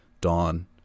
dawn